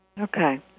Okay